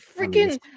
Freaking